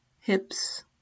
hips